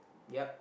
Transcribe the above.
yup